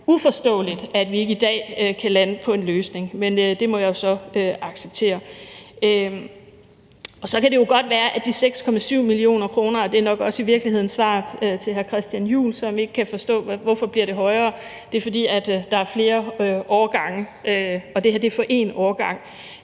uforståeligt, at vi ikke i dag kan lande på en løsning, men det må jeg så acceptere. Vedrørende de 6,7 mio. kr. – og det er nok i virkeligheden også svaret til hr. Christian Juhl, som ikke kan forstå, hvorfor det bliver højere – vil jeg sige, at det bliver højere, fordi der er flere årgange, og det her er for én årgang.